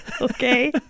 Okay